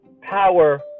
power